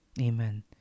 Amen